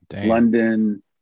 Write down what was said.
London